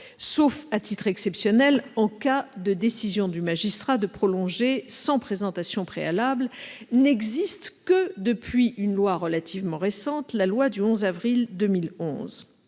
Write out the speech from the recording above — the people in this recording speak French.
sauf à titre exceptionnel en cas de décision du magistrat de prolonger sans présentation préalable, n'existe que depuis la loi relativement récente du 14 avril 2011.